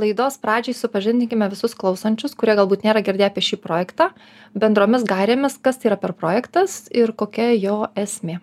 laidos pradžiai supažindinkime visus klausančius kurie galbūt nėra girdėję apie šį projektą bendromis gairėmis kas tai yra per projektas ir kokia jo esmė